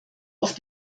auf